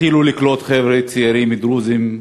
תתחילו לקלוט חבר'ה צעירים דרוזים,